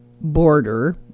border